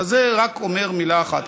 זה רק אומר מילה אחת.